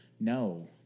no